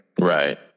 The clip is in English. Right